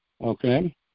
okay